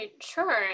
Sure